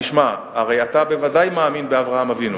תשמע, הרי אתה בוודאי מאמין באברהם אבינו.